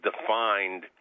defined